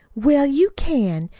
well, you can.